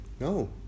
No